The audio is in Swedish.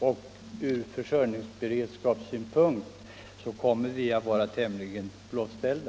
Från försörjningsberedskapssynpunkt kommer vi då att vara tämligen blouställda.